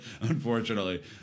unfortunately